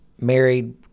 married